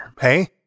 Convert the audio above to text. hey